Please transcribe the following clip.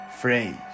phrase